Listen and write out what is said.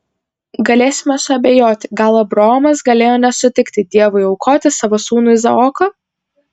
galėsime suabejoti gal abraomas galėjo nesutikti dievui aukoti savo sūnų izaoką